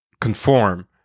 conform